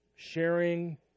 Sharing